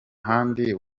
handi